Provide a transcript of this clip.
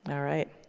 all right.